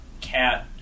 cat